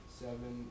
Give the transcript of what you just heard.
seven